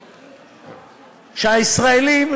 שהישראלים,